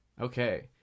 Okay